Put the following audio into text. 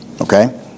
Okay